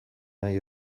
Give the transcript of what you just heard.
nahi